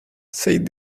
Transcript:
said